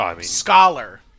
scholar